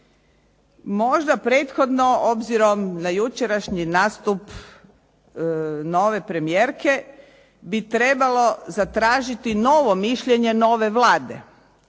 Možda prethodno obzirom na jučerašnji nastup nove premijerke bi trebalo zatražiti novo mišljenje nove Vlade.